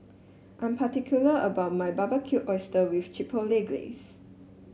I'm particular about my Barbecued Oysters with Chipotle Glaze